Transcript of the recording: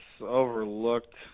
overlooked